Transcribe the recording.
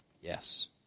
Yes